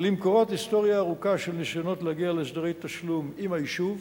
ל"מקורות" היסטוריה ארוכה של ניסיונות להגיע להסדרי תשלום עם היישוב,